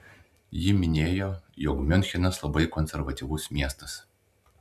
ji minėjo jog miunchenas labai konservatyvus miestas